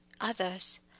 others